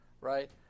Right